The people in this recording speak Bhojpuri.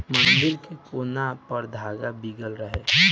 मंदिर के कोना पर धागा बीगल रहे